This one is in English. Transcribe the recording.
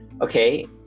Okay